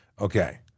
Okay